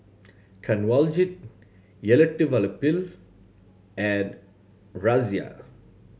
Kanwaljit Elattuvalapil and Razia